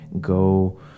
go